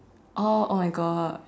oh oh my God